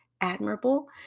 admirable